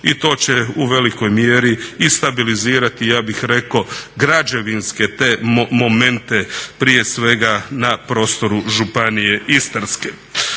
i to će u velikoj mjeri i stabilizirati građevinske te momente prije svega na prostoru županije Istarske.